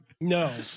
No